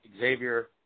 Xavier